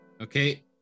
Okay